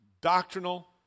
doctrinal